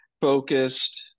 focused